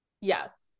Yes